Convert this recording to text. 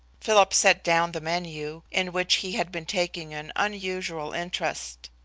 philip set down the menu, in which he had been taking an unusual interest.